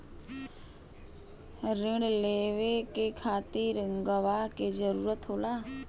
रिण लेवे के खातिर गवाह के जरूरत होला